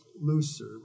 looser